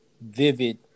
vivid